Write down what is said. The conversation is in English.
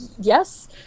Yes